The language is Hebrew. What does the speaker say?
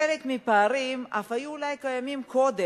וחלק מהפערים אף היו אולי קיימים קודם